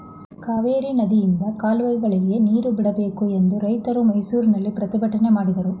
ಕಾವೇರಿ ನದಿಯಿಂದ ಕಾಲುವೆಗಳಿಗೆ ನೀರು ಬಿಡಬೇಕು ಎಂದು ರೈತರು ಮೈಸೂರಿನಲ್ಲಿ ಪ್ರತಿಭಟನೆ ಮಾಡಿದರು